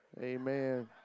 Amen